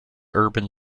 urban